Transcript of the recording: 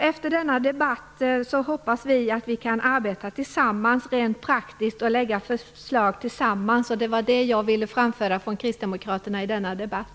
Efter denna debatt hoppas jag att vi tillsammans kan arbeta rent praktiskt och lägga fram förslag. Det var det jag ville framföra från Kristdemokraterna i denna debatt.